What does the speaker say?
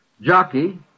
jockey